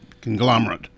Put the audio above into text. conglomerate